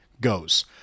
goes